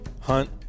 hunt